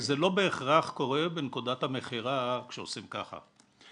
זה לא בהכרח קורה בנקודת המכירה כשעושים ככה,